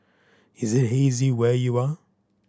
is it hazy where you are